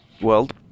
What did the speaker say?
world